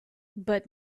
but